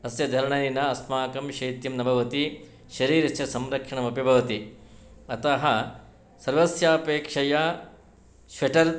अस्य धरणेन अस्माकं शैत्यं न भवति शरीरस्य संरक्षणमपि भवति अतः सर्वस्यपेक्षया श्वेटर्